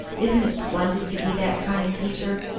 isn't it splendid to be that kind, teacher?